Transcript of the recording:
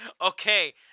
Okay